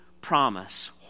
promise